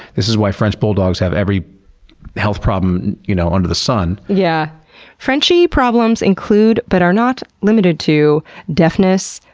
this is why french bulldogs have every health problem you know under the sun. yeah frenchie problems include, but are not limited to deafness,